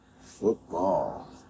Football